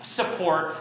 support